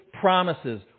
promises